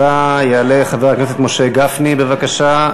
הבא, יעלה חבר הכנסת משה גפני, בבקשה.